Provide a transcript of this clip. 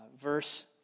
Verse